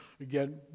again